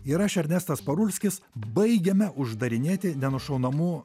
ir aš ernestas parulskis baigiame uždarinėti nenušaunamų